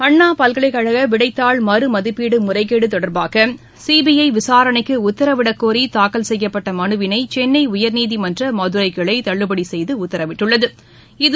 அண்ணாபல்கலைக்கழகவிடைத்தாள் மதிப்பீடுமுறைகேடுதொடர்பாக மற சிபிஐவிசாரணைக்குஉத்தரவிடக்கோரிதாக்கல் செய்யப்பட்டமனுவினைசென்னைஉயா்நீதிமன்றமதுரைகிளைதள்ளுபடிசெய்துஉத்தரவிட்டது